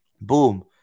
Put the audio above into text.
Boom